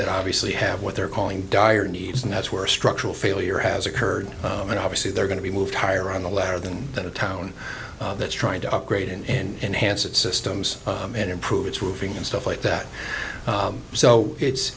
that obviously have what they're calling dire needs and that's where structural failure has occurred and obviously they're going to be moved higher on the ladder than that a town that's trying to upgrade and hance its systems and improve its roofing and stuff like that so it's